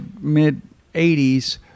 mid-80s